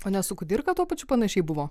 o ne su kudirka tuo pačiu panašiai buvo